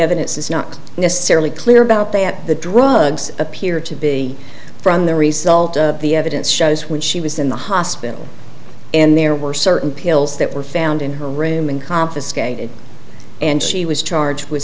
evidence is not necessarily clear about that the drugs appear to be from the result the evidence shows when she was in the hospital and there were certain pills that were found in her room and confiscated and she was charged with